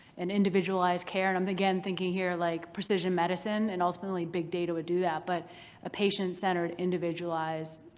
an individualized care? and i'm again thinking here like precision medicine and ultimately big data would do that, but a patient-centered individualized,